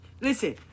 listen